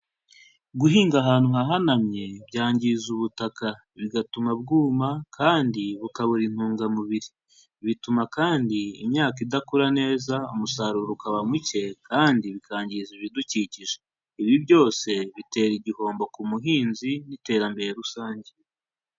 Guhinga ahantu hahanamye byangiza ubutaka bigatuma bwuma kandi bukabura intungamubiri. Bituma kandi imyaka idakura neza umusaruro ukaba muke, kandi bikangiza ibidukikije. Ibi byose bitera igihombo ku muhinzi n'iterambere rusange.